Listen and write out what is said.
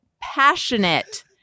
passionate